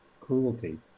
cruelty